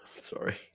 Sorry